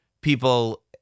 people